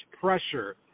pressure